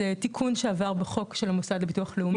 זה תיקון שעבר בחוק של המוסד לביטוח לאומי,